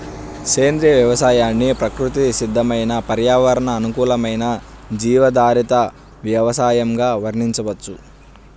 సేంద్రియ వ్యవసాయాన్ని ప్రకృతి సిద్దమైన పర్యావరణ అనుకూలమైన జీవాధారిత వ్యవసయంగా వర్ణించవచ్చు